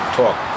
talk